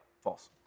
False